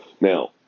now